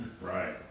Right